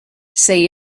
say